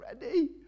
ready